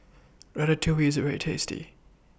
Ratatouille IS very tasty